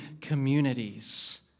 communities